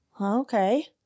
Okay